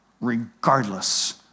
regardless